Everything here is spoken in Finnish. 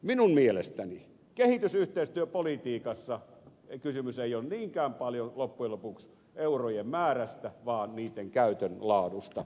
minun mielestäni kehitysyhteistyöpolitiikassa kysymys ei ole niinkään paljon loppujen lopuksi eurojen määrästä vaan niitten käytön laadusta